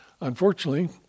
Unfortunately